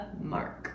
mark